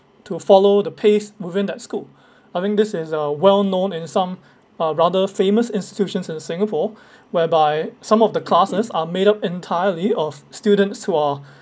to follow the pace within that scope I think this is uh well known in some uh rather famous institutions in singapore whereby some of the classes are made up entirely of students who are